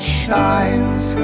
shines